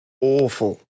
awful